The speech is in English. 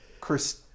Chris